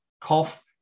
cough